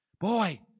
Boy